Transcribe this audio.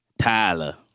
Tyler